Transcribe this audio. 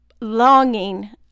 longing